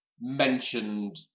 mentioned